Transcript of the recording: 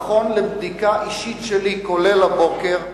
נכון לבדיקה אישית שלי, כולל הבוקר,